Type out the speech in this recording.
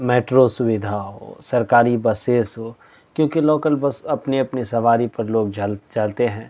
metro سویدھا ہو سرکاری بسیز ہو کیوںکہ لوکل بس اپنی اپنی سواری پر لوگ چل چلتے ہیں